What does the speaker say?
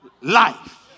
life